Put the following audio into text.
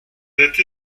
that